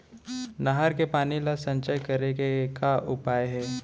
नहर के पानी ला संचय करे के का उपाय हे?